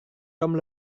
tom